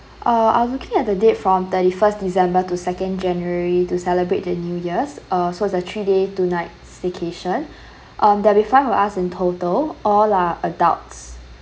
uh I'm looking at the date from thirty first december to second january to celebrate the new years uh so it's a three day two night staycation um there'll five of us in total all are adults